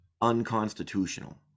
unconstitutional